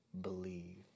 believe